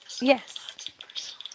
Yes